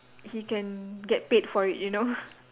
he can get paid for it you know